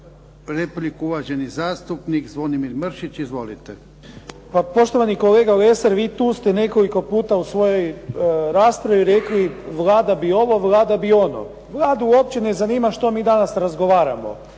repliku uvaženi zastupnik Zvonimir Mršić. Izvolite. **Mršić, Zvonimir (SDP)** Poštovani kolega Lesar, vi tu ste nekoliko puta u svojoj raspravi rekli Vlada bi ovo, Vlada bi ono. Vladu uopće ne zanima što mi danas razgovaramo